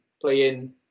playing